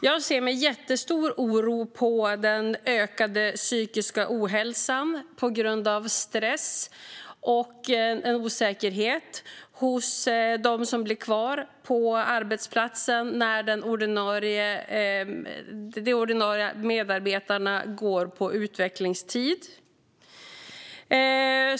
Jag ser med jättestor oro på den ökade psykiska ohälsan, på grund av stress och osäkerhet, hos dem som blir kvar på arbetsplatsen när de ordinarie medarbetarna går på utvecklingstid.